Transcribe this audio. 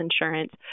insurance